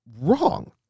wrong